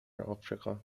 آفریقا